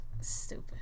Stupid